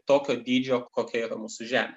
tokio dydžio kokia yra mūsų žemė